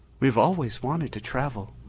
we have always wanted to travel.